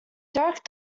derek